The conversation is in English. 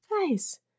Nice